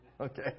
Okay